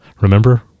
remember